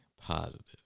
positive